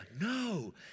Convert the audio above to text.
no